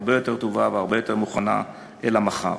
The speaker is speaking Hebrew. הרבה יותר טובה והרבה יותר מוכנה אל המחר.